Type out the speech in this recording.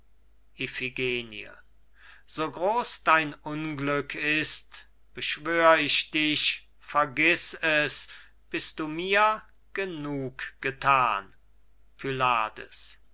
so groß dein unglück ist beschwör ich dich vergiß es bis du mir genug gethan